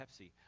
Pepsi